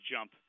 jump